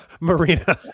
Marina